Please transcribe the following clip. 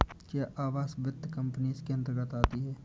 क्या आवास वित्त कंपनी इसके अन्तर्गत आती है?